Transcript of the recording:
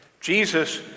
Jesus